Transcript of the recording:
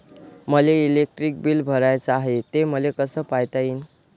मले electric bill भराचं हाय, ते मले कस पायता येईन?